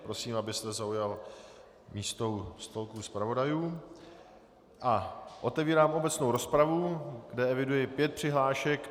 Prosím, abyste zaujal místo u stolku zpravodajů, a otevírám obecnou rozpravu, kde eviduji pět přihlášek.